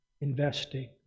investing